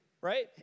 right